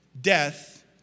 death